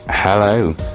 Hello